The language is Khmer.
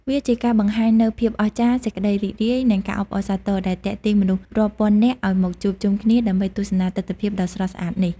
វាជាការបង្ហាញនូវភាពអស្ចារ្យ សេចក្តីរីករាយ និងការអបអរសាទរ ដែលទាក់ទាញមនុស្សរាប់ពាន់នាក់ឲ្យមកជួបជុំគ្នាដើម្បីទស្សនាទិដ្ឋភាពដ៏ស្រស់ស្អាតនេះ។